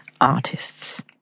artists